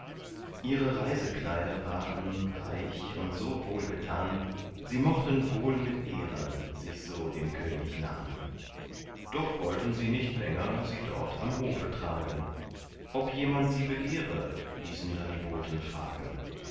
ihre reisekleider waren reich und so wohlgetan sie mochten wohl mit ehren sich so dem könig nahn doch wollten sie nicht länger sie dort am hofe tragen ob jemand sie begehre ließen da die boten fragen